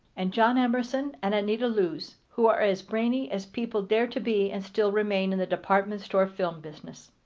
and john emerson and anita loos, who are as brainy as people dare to be and still remain in the department store film business.